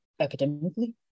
academically